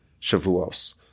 Shavuos